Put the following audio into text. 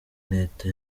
leta